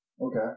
Okay